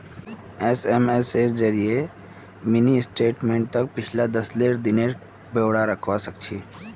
SMS जरिए mini स्टेटमेंटत पिछला दस लेन देनेर ब्यौरा दखवा सखछी